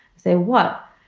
say what?